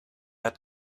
hat